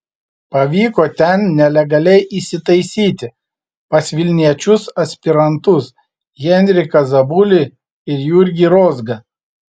pavyko ten nelegaliai įsitaisyti pas vilniečius aspirantus henriką zabulį ir jurgį rozgą